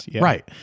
Right